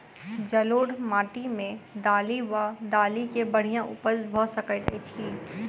जलोढ़ माटि मे दालि वा दालि केँ बढ़िया उपज भऽ सकैत अछि की?